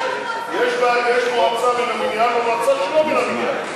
יש מועצה מן המניין ומועצה שלא מן המניין.